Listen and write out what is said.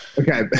Okay